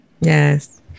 Yes